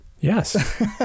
Yes